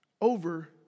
over